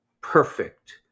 perfect